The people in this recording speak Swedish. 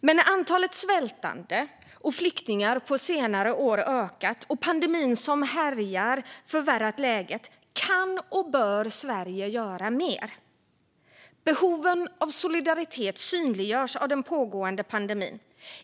Men när antalet svältande och flyktingar på senare år ökat och pandemin som härjar förvärrat läget kan och bör Sverige göra mer. Behovet av solidaritet synliggörs av den pågående pandemin.